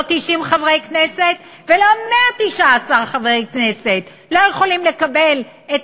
לא 90 חברי כנסת ולא 119 חברי כנסת יכולים לקבל את